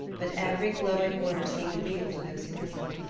but every glowing word seemed real to those who listened.